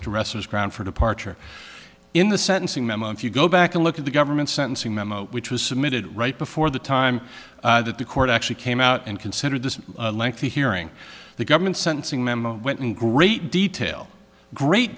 wrestler's ground for departure in the sentencing memo if you go back and look at the government's sentencing memo which was submitted right before the time that the court actually came out and considered this lengthy hearing the government sentencing memo went in great detail great